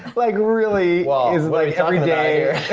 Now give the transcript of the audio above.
like really, it's like every day.